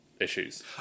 issues